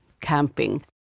camping